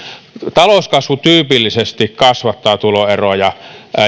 talouskasvu tyypillisesti kasvattaa tuloeroja